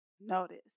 notice